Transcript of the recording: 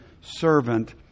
servant